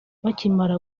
bakimara